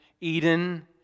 Eden